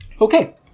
Okay